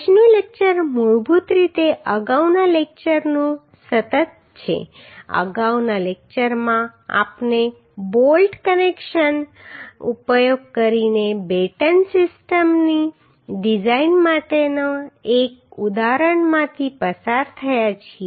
આજનું લેક્ચર મૂળભૂત રીતે અગાઉના લેક્ચરનું સતત છે અગાઉના લેક્ચરમાં આપણે બોલ્ટ કનેક્શનનો ઉપયોગ કરીને બેટન સિસ્ટમની ડિઝાઇન માટેના એક ઉદાહરણમાંથી પસાર થયા છીએ